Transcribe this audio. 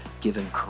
given